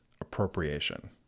appropriation